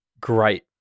great